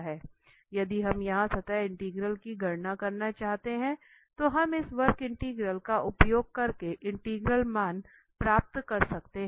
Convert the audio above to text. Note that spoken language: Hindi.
यदि हम यहां सतह इंटीग्रल की गणना नहीं करना चाहते हैं तो हम इस वक्र इंटीग्रल का उपयोग करके इंटीग्रल मान प्राप्त कर सकते हैं